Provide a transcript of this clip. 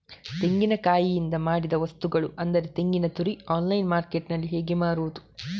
ತೆಂಗಿನಕಾಯಿಯಿಂದ ಮಾಡಿದ ವಸ್ತುಗಳು ಅಂದರೆ ತೆಂಗಿನತುರಿ ಆನ್ಲೈನ್ ಮಾರ್ಕೆಟ್ಟಿನಲ್ಲಿ ಹೇಗೆ ಮಾರುದು?